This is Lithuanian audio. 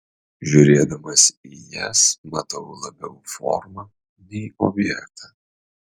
žiūrėdamas į jas matau labiau formą nei objektą